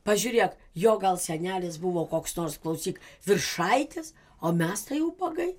pažiūrėk jo gal senelis buvo koks nors klausyk viršaitis o mes tai ubagai